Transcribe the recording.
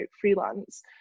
freelance